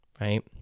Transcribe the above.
right